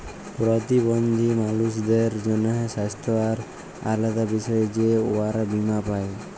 পরতিবল্ধী মালুসদের জ্যনহে স্বাস্থ্য আর আলেদা বিষয়ে যে উয়ারা বীমা পায়